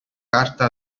carta